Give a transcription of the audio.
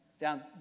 down